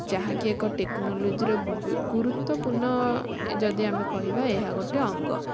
ଯାହାକି ଏକ ଟେକ୍ନୋଲୋଜିର ଗୁରୁତ୍ୱପୂର୍ଣ୍ଣ ଯଦି ଆମେ କହିବା ଏହା ଗୋଟେ ଅଙ୍ଗ